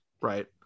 Right